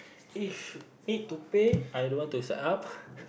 if need to pay I don't want to set up